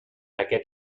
aquest